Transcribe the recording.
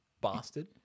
Bastard